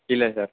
இல்லை சார்